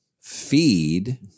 Feed